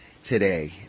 today